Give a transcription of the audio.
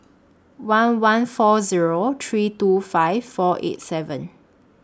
one one four Zero three two five four eight seven